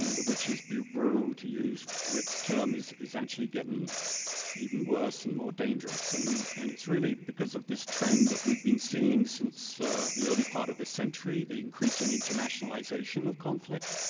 the witch's brew, to use rick's term, is is actually getting even worse and more dangerous, and and it's really because of this trend that we've been seeing since the early part of the century, the increasing internationalization of conflict,